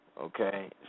okay